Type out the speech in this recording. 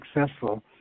successful